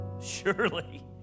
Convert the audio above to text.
Surely